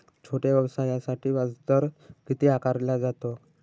छोट्या व्यवसायासाठी व्याजदर किती आकारला जातो?